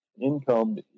income